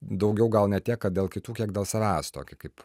daugiau gal ne tiek kad dėl kitų kiek dėl savęs tokį kaip